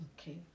Okay